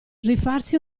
rifarsi